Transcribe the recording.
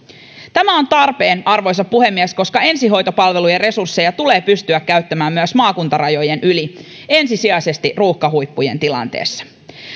tämä on tarpeen arvoisa puhemies koska ensihoitopalvelujen resursseja tulee pystyä käyttämään myös maakuntarajojen yli ensisijaisesti ruuhkahuippujen tilanteessa